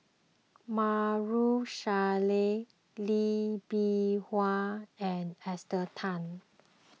Maarof Salleh Lee Bee Wah and Esther Tan